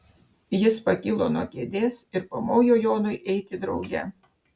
jis pakilo nuo kėdės ir pamojo jonui eiti drauge